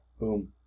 Boom